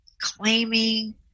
claiming